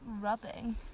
rubbing